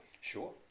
Sure